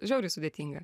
žiauriai sudėtinga